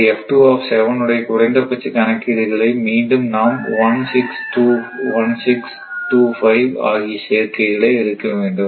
இந்த உடைய குறைந்தபட்ச கணக்கீடுகளை மீண்டும் நாம் 1 6 2 5 ஆகிய சேர்க்கைகளை எடுக்க வேண்டும்